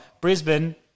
Brisbane